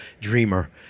dreamer